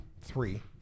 three